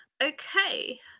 Okay